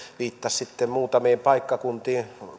viittasi sitten muutamiin paikkakuntiin